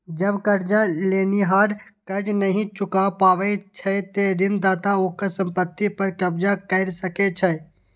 जब कर्ज लेनिहार कर्ज नहि चुका पाबै छै, ते ऋणदाता ओकर संपत्ति पर कब्जा कैर सकै छै